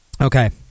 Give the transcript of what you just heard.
Okay